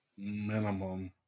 Minimum